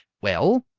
well?